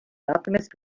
alchemist